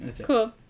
cool